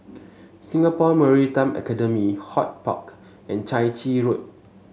Singapore Maritime Academy HortPark and Chai Chee Road